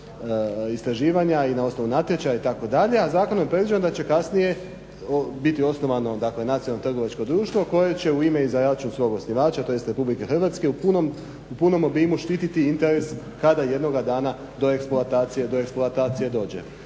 istraživanja i na osnovu natječaja itd. a zakonom je predviđeno da će biti osnovano nacionalno trgovačko društvo koje će u ime i za račun svog osnivača tj. RH u punom obimu štititi interes kada jednoga dana do eksploatacije dođe.